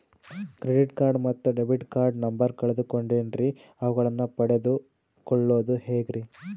Credit card ಮತ್ತು debit card number ಕಳೆದುಕೊಂಡಿನ್ರಿ ಅವುಗಳನ್ನ ಪಡೆದು ಕೊಳ್ಳೋದು ಹೇಗ್ರಿ?